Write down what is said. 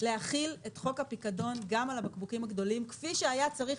להחיל את חוק הפיקדון גם על הבקבוקים הגדולים כפי שהיה צריך